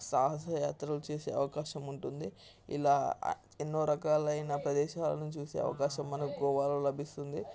సాహస యాత్రలు చేసే అవకాశం ఉంటుంది ఇలా ఎన్నో రకాలైన ప్రదేశాలను చూసే అవకాశం మనకు గోవాలో లభిస్తుంది